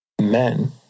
men